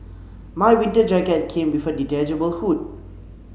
my winter jacket came with a detachable hood